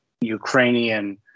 Ukrainian